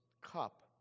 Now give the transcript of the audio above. cup